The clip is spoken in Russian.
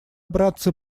братцы